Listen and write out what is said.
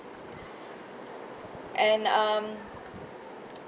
and um